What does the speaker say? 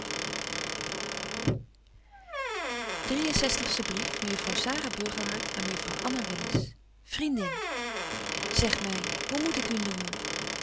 mejuffrouw sara burgerhart aan mejuffrouw anna willis vriendin zeg my hoe moet ik u noemen